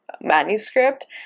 manuscript